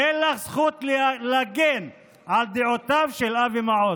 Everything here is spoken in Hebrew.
אין לך זכות להגן על דעותיו של אבי מעוז.